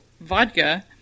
vodka